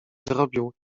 zrobił